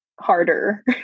harder